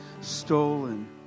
stolen